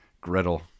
Griddle